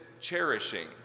cherishing